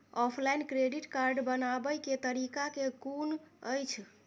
Offline credit card बनाबै केँ तरीका केँ कुन अछि?